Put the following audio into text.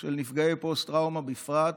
ושל נפגעי פוסט-טראומה בפרט,